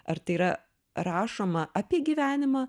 ar tai yra rašoma apie gyvenimą